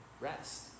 rest